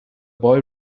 boy